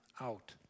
out